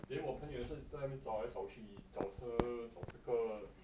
then 我朋友是在那边找来找去找车找这个